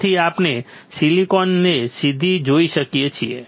તેથી આપણે સીલીકોનને સીધી જોઈ શકીએ છીએ